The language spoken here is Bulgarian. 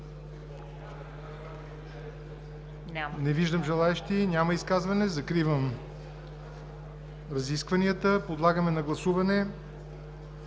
Не виждам желаещи. Няма изказвания. Закривам разискванията. Подлагам на гласуване